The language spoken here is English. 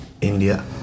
India